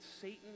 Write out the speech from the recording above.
Satan